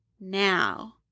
now